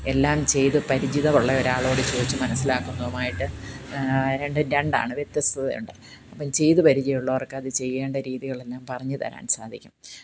എല്ലാം ചെയ്തു പരിചയമുള്ള ഒരാളോട് ചോദിച്ചു മനസിലാക്കുന്നതുമായിട്ട് രണ്ടും രണ്ടാണ് വ്യത്യസ്ഥതയുണ്ട് അപ്പോൾ ചെയ്തു പരിചയമുള്ളവർക്ക് അത് ചെയ്യേണ്ട രീതികളെല്ലാം പറഞ്ഞു തരാൻ സാധിക്കും